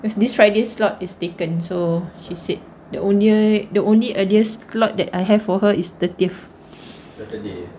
cause this friday slot is taken so she said the only the only earliest slot that I have for her is thirtieth